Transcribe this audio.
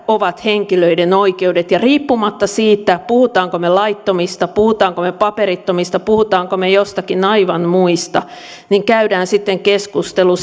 ovat henkilöiden oikeudet ja riippumatta siitä puhummeko me laittomista puhummeko me paperittomista puhummeko me joistakin aivan muista käydään sitten keskustelu